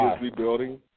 rebuilding